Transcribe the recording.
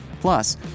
Plus